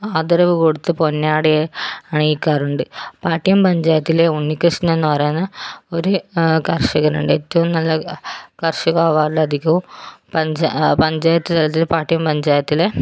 ആദരവ് കൊടുത്ത് പൊന്നാട അണിയിക്കാറുണ്ട് പാട്യം പഞ്ചായത്തിലെ ഉണ്ണികൃഷ്ണൻ എന്നു പറയുന്ന ഒരു കർഷകനുണ്ട് ഏറ്റവും നല്ല കർഷക അവാർഡ് അധികവും പഞ്ചാ പഞ്ചായത്ത് തലത്തിൽ പാട്ടിയം പഞ്ചായത്തിൽ